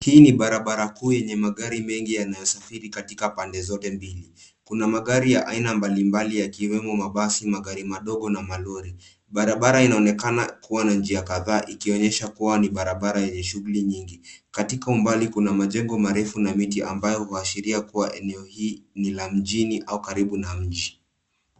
Hii ni barabara kuu yenye magari mengi yanayosafiri katika pande zote mbili. Kuna magari ya aina mbalimbali yakiwemo mabasi, magari madogo na malori. Barabara inaonekana kuwa na njia kadhaa ikionyesha kuwa ni barabara yenye shughuli nyingi. Katika umbali kuna majengo marefu na miti ambayo huashiria kuwa eneo hii ni la mjini au karibu na mji.